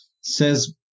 says